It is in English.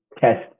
test